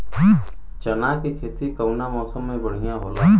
चना के खेती कउना मौसम मे बढ़ियां होला?